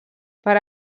per